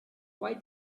why